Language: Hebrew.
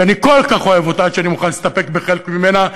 שאני כל כך אוהב אותה עד שאני מוכן להסתפק בחלק ממנה,